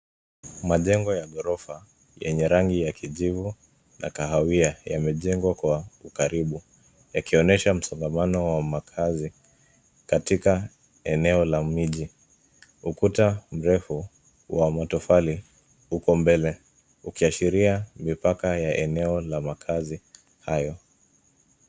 Majengo ya ghorofa yenye rangi ya kijivu na kahawia yamejengwa kwa ukaribu, yakionyesha msongamano wa makaazi katika eneo la miji. Ukuta mrefu wa matofali uko mbele ukiashiria mipaka ya eneo la makaazi hayo.